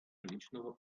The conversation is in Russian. личного